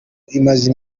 imaze